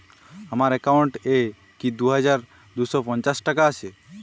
আমার অ্যাকাউন্ট এ কি দুই হাজার দুই শ পঞ্চাশ টাকা আছে?